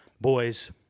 Boys